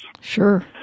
sure